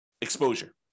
exposure